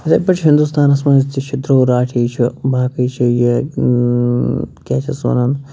یِتھٕے پٲٹھۍ چھِ ہِنٛدُستانَس منٛز تہِ چھِ درٛوٗ راٹھی چھِ باقٕے چھِ یہِ کیٛاہ چھِ اَتھ وَنان